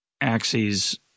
axes